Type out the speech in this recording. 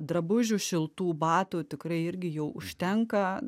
drabužių šiltų batų tikrai irgi jau užtenka